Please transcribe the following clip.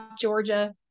georgia